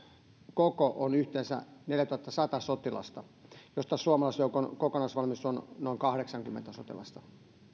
koko on yhteensä neljätuhattasata sotilasta joista suomalaisjoukon kokonaisvalmius on noin kahdeksankymmentä sotilasta